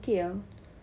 really okay ah